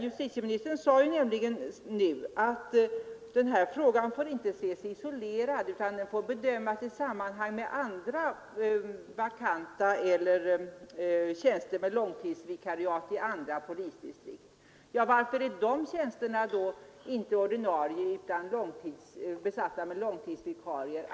Justitieministern sade nämligen nu att den här frågan inte får ses isolerad, utan den får bedömas i sammanhang med andra vakanta tjänster eller tjänster med långtidsvikariat i andra polisdistrikt. Varför är de tjänsterna inte ordinarie utan besatta med långtidsvikarier?